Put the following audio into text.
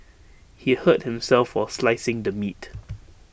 he hurt himself while slicing the meat